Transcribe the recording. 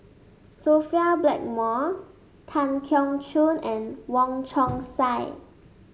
Sophia Blackmore Tan Keong Choon and Wong Chong Sai